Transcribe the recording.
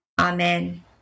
Amen